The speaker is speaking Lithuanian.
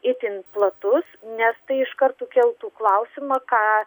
itin platus nes tai iš karto keltų klausimą ką